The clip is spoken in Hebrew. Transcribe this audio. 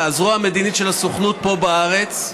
הזרוע המדינית של הסוכנות פה בארץ,